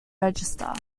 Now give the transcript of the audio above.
register